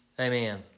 Amen